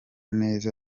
neza